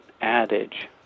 adage